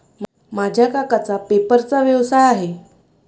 माझ्या काकांचा पेपरचा व्यवसाय आहे